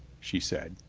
she said.